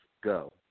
go